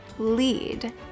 lead